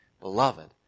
Beloved